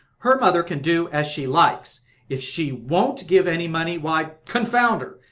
her mother can do as she likes if she won't give any money, why, confound her,